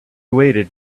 waited